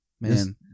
man